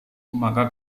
maka